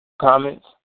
comments